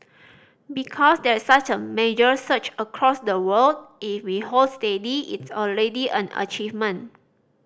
because there's such a major surge across the world if we hold steady it's already an achievement